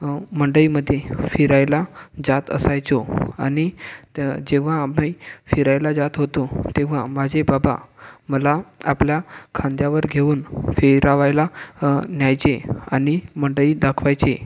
मंडईमध्ये फिरायला जात असायचो आणि जेव्हा आम्ही फिरायला जात होतो तेव्हा माझे बाबा मला आपल्या खांद्यावर घेऊन फिरावयाला न्यायचे आणि मंडई दाखवायचे